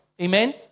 Amen